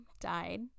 died